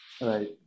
Right